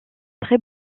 très